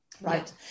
Right